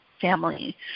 family